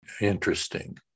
Interesting